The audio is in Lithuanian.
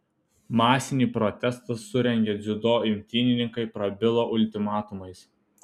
masinį protestą surengę dziudo imtynininkai prabilo ultimatumais